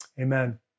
Amen